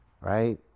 right